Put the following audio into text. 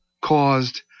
caused